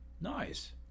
Nice